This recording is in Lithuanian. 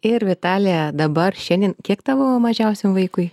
ir vitalija dabar šiandien kiek tavo mažiausiam vaikui